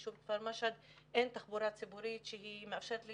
היישוב כפר משהד אין תחבורה ציבורית שהיא מאפשרת לי